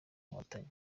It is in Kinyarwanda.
nkotanyi